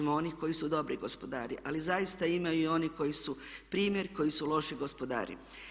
Ima onih koji su dobri gospodari ali zaista ima i onih koji su primjer, koji su loši gospodari.